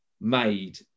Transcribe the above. made